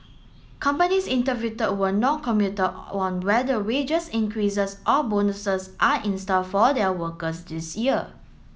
companies interview were noncommittal on whether wages increases or bonuses are in store for their workers this year